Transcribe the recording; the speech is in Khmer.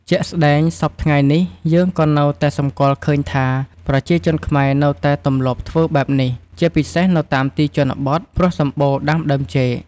ជាក់ស្តែង សព្វថ្ងៃនេះយើងក៏នៅតែសម្គាល់ឃើញថា ប្រជាជនខ្មែរនៅតែទម្លាប់ធ្វើបែបនេះ ជាពិសេសនៅតាមទីជនបទ ព្រោះសម្បូរដាំដើមចេក។